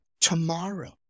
tomorrow